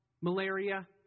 Malaria